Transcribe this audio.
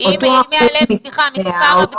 אותו אחוז מ-100,